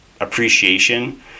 appreciation